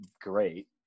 great